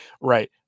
Right